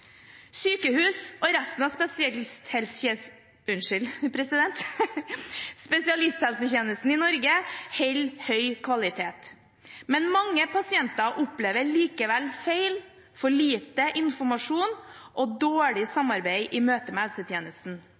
Sykehus og resten av spesialisthelsetjenesten i Norge holder høy kvalitet, men mange pasienter opplever likevel feil, for lite informasjon og dårlig samarbeid i møte med helsetjenesten.